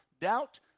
doubt